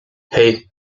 hei